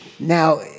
Now